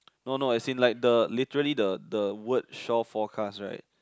no no as in like the literally the the word shore forecast right